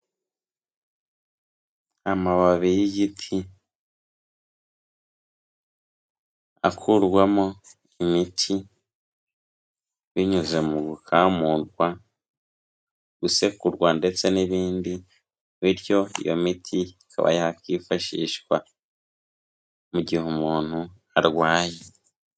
Amababi y'igiti akurwamo imiti binyuze mu gukamurwa, gusekurwa ndetse n'ibindi bityo iyo miti ikaba yakifashishwa mu gihe umuntu arwaye.